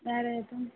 வேறு எதுவும்